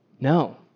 No